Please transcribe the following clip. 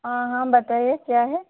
हाँ हाँ बताइए क्या है